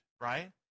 right